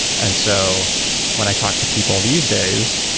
and so when i talk to people these days,